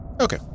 Okay